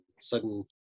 sudden